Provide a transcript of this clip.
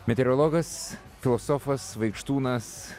meteorologas filosofas vaikštūnas